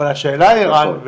אבל השאלה היא ערן,